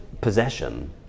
possession